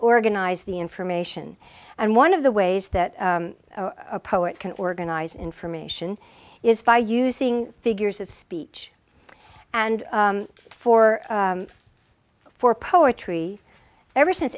organize the information and one of the ways that a poet can organize information is by using figures of speech and for for poetry ever since